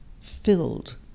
filled